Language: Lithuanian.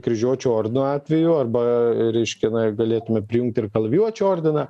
kryžiuočių ordino atveju arba reiškia na galėtume prijungti ir kalavijuočių ordiną